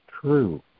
true